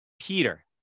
Peter